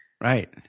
Right